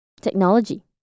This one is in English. technology